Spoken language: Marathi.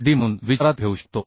5D म्हणून विचारात घेऊ शकतो